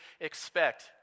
expect